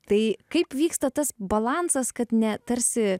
tai kaip vyksta tas balansas kad ne tarsi